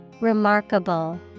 Remarkable